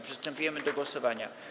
Przystępujemy do głosowania.